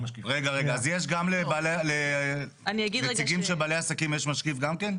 רגע, אז לנציגים של בעלי עסקים יש משקיף גם כן?